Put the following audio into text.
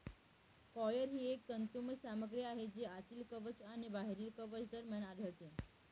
coir ही एक तंतुमय सामग्री आहे जी आतील कवच आणि बाहेरील कवच दरम्यान आढळते